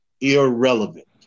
irrelevant